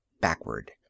backward